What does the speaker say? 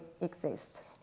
exist